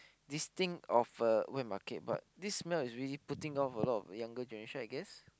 this thing of a wet market but this smell is really putting a lot of younger generation I guess